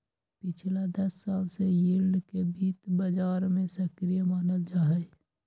पिछला दस साल से यील्ड के वित्त बाजार में सक्रिय मानल जाहई